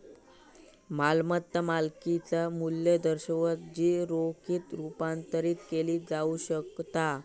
मालमत्ता मालकिचा मू्ल्य दर्शवता जी रोखीत रुपांतरित केली जाऊ शकता